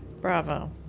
Bravo